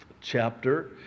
chapter